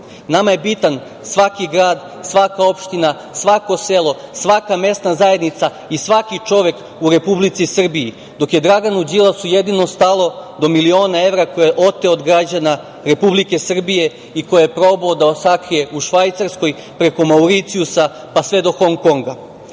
Nama je bitan svaki grad, svaka opština, svako selo, svaka mesna zajednica i svaki čovek u Republici Srbiji, dok je Draganu Đilasu jedino stalo do miliona evra koje je oteo od građana Republike Srbije i koje je probao da sakrije u Švajcarskoj, preko Mauricijusa, pa se do Hong Konga.